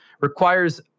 requires